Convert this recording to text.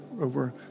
over